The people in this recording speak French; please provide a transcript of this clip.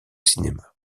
cinéma